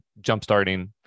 jumpstarting